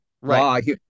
Right